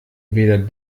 weder